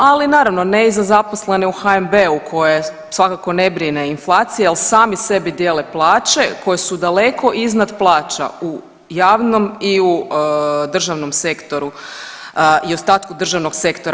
Ali naravno ne i za zaposlene u HNB-u koje svakako ne brine inflacije jer sami sebi dijele plaće koje su daleko iznad plaća u javnom i u državnom sektoru i ostatku državnog sektora.